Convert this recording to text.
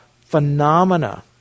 phenomena